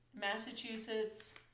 Massachusetts